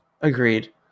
Agreed